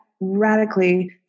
radically